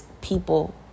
people